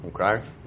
Okay